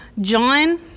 John